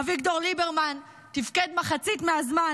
אביגדור ליברמן תיפקד מחצית מהזמן